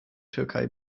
türkei